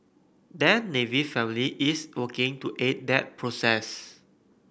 their navy family is working to aid that process